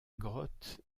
grotte